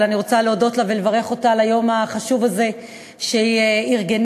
אבל אני רוצה להודות לה ולברך אותה על היום החשוב הזה שהיא ארגנה,